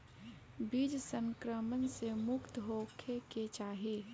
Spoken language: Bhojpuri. बीज संक्रमण से मुक्त होखे के चाही